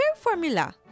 formula